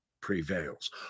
prevails